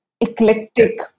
eclectic